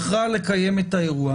בחרה לקיים את האירוע,